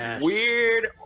weird